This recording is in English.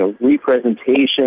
representation